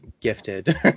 gifted